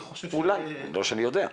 אולי, לא שאני יודע.